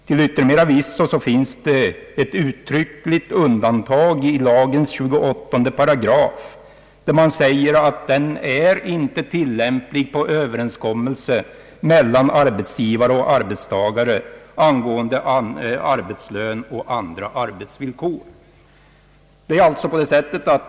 Till yttermera visso finns det ett uttryckligt undantag i lagens 28 §, där det sägs att lagen inte är tilllämplig på överenskommelse mellan arbetsgivare och arbetstagare angående arbetslön och andra arbetsvillkor.